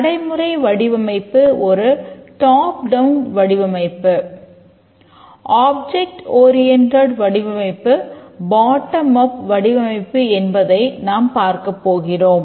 நடைமுறை வடிவமைப்பு ஒரு டாப் டவுன் வடிவமைப்பு என்பதை நாம் பார்க்கப் போகிறோம்